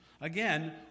again